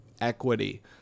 equity